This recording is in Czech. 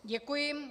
Děkuji.